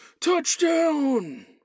touchdown